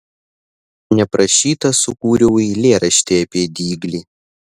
neprašyta sukūriau eilėraštį apie diglį